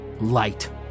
light